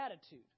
attitude